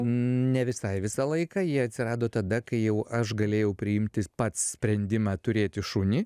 ne visai visą laiką jie atsirado tada kai jau aš galėjau priimti pats sprendimą turėti šunį